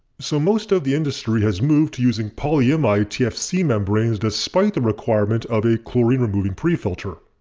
so most of the industry has moved to using polyimide tfc membranes despite the requirement of a chlorine removing prefilter.